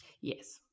Yes